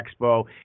expo